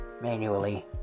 manually